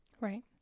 Right